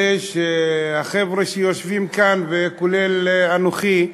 כדי שהחבר'ה שיושבים כאן, כולל אנוכי,